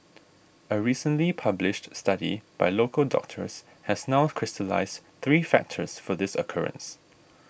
a recently published study by local doctors has now crystallised three factors for this occurrence